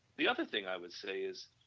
the other thing i would say is